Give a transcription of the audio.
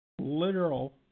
literal